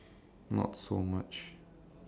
once maybe